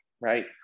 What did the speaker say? right